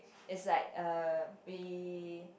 it's like uh we